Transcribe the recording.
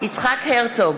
יצחק הרצוג,